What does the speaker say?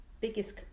biggest